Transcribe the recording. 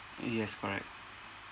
y~ yes correct